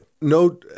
no